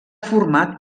format